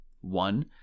One